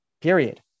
period